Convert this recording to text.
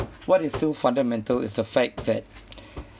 what is still fundamental is the fact that